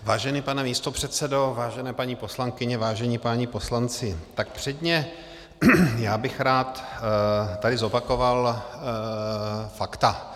Vážený pane místopředsedo, vážené paní poslankyně, vážení páni poslanci, tak předně bych tady rád zopakoval fakta.